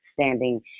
standing